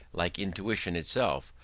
like intuition itself,